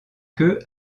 queue